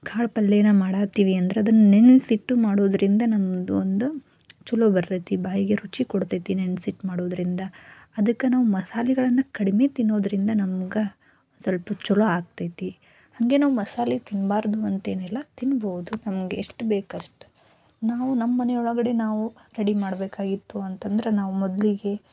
ಕಾಳು ಪಲ್ಯನ ಮಾಡ ಹತ್ತೀವಿ ಅಂದ್ರೆ ಅದನ್ನು ನೆನೆಸಿಟ್ಟು ಮಾಡೋದರಿಂದ ನಮ್ಮದು ಒಂದು ಚಲೋ ಬರ್ತೈತೆ ಬಾಯಿಗೆ ರುಚಿ ಕೊಡ್ತೈತೆ ನೆನ್ಸಿಟ್ಟು ಮಾಡೋದರಿಂದ ಅದಕ್ಕೆ ನಾವು ಮಸಾಲೆಗಳನ್ನ ಕಡಿಮೆ ತಿನ್ನೋದರಿಂದ ನಮ್ಗೆ ಸ್ವಲ್ಪ ಚಲೋ ಆಗ್ತೈತೆ ಹಾಗೆ ನಾವು ಮಸಾಲೆ ತಿನ್ನಬಾರ್ದು ಅಂತೇನಿಲ್ಲ ತಿನ್ಬೋದು ನಮಗೆ ಎಷ್ಟು ಬೇಕು ಅಷ್ಟು ನಾವು ನಮ್ಮ ಮನೆ ಒಳಗಡೆ ನಾವು ರೆಡಿ ಮಾಡಬೇಕಾಗಿತ್ತು ಅಂತಂದ್ರೆ ನಾವು ಮೊದಲಿಗೆ